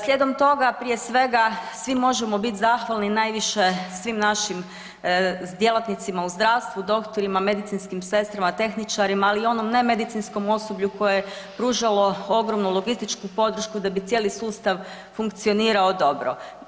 Slijedom toga, prije svega svi možemo biti zahvalni najviše svim našim djelatnicima u zdravstvu, doktorima, medicinskim sestrama, tehničarima, ali i onom nemedicinskom osoblju koje je pružalo ogromnu logističku podršku da bi cijeli sustav funkcionirao dobro.